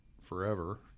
forever